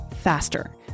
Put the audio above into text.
faster